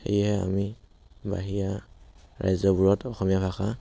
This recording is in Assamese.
সেয়ে আমি বাহিৰা ৰাজ্যবোৰত অসমীয়া ভাষা